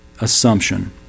assumption